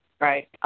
Right